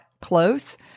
close